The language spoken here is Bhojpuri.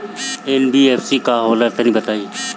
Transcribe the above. एन.बी.एफ.सी का होला तनि बताई?